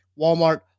Walmart